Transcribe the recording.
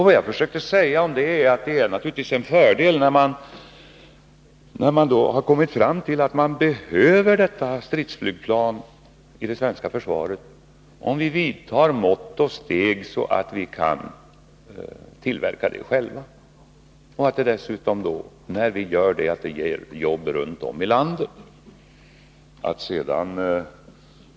Vad jag försökte säga om detta var att det naturligtvis är en fördel att vi, när vi har kommit fram till att vi behöver detta stridsflygplan i det svenska försvaret, också vidtar mått och steg för att kunna tillverka det själva. När vi gör det ger det dessutom jobb runtom i landet.